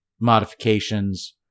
modifications